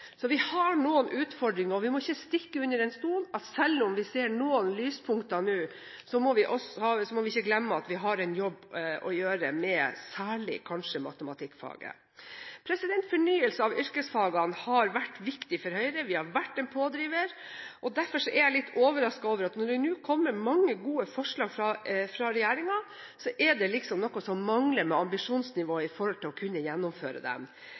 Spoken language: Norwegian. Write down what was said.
vi har noen utfordringer. Selv om vi ser noen lyspunkter nå, må vi ikke glemme at vi har en jobb å gjøre, kanskje særlig med matematikkfaget. Fornyelse av yrkesfagene har vært viktig for Høyre. Vi har vært en pådriver. Når det nå kommer mange gode forslag fra regjeringen, er jeg litt overrasket over at det liksom er noe som mangler med ambisjonsnivået for å kunne gjennomføre dem.